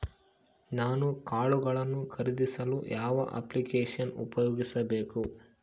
ನಾನು ಕಾಳುಗಳನ್ನು ಖರೇದಿಸಲು ಯಾವ ಅಪ್ಲಿಕೇಶನ್ ಉಪಯೋಗಿಸಬೇಕು?